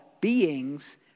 beings